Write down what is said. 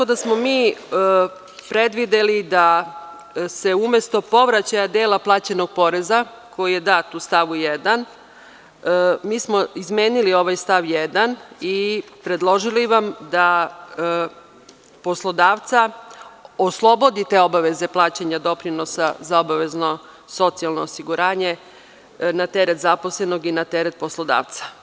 Mi smo predvideli da se umesto povraćaja dela plaćenog poreza koji je dat u stavu 1, mi smo izmeni ovaj stav 1. i predložili vam da – poslodavca oslobodite obaveze plaćanja doprinosa za obavezno socijalno osiguranje na teret zaposlenog i na teret poslodavca.